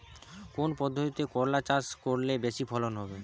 কোন পদ্ধতিতে করলা চাষ করলে বেশি ফলন হবে?